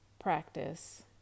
practice